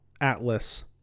Atlas